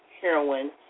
heroin